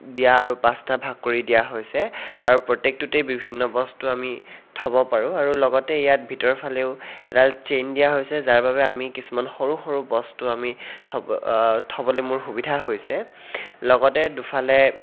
দিয়া আৰু পাঁচটা ভাগ কৰি দিয়া হৈছে আৰু প্ৰত্যেকটোতেই বিভিন্ন বস্তু আমি থব পাৰোঁ আৰু লগতে ইয়াত ভিতৰফালেও এডাল চেইন দিয়া হৈছে যাৰ বাবে আমি কিছুমান সৰু সৰু বস্তু আমি থব থবলে মোৰ সুবিধা হৈছে লগতে দুফালে